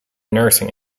nursing